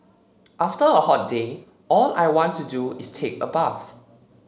after a hot day all I want to do is take a bath